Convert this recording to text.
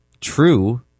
true